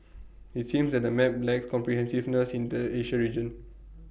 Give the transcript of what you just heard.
IT seems that the map lacks comprehensiveness in the Asia region